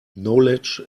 knowledge